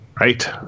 Right